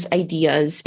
ideas